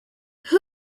whom